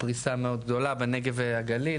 פריסה מאוד גדולה בנגב ובגליל,